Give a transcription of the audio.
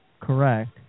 correct